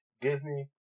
Disney